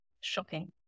shocking